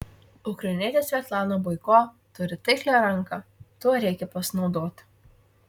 ukrainietė svetlana boiko turi taiklią ranką tuo reikia pasinaudoti